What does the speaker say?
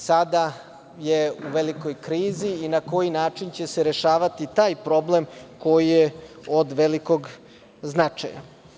Sada je u velikoj krizi, na koji način će se rešavati taj problem koji je od velikog značaja.